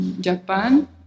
Japan